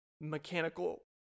mechanical